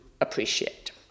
appreciate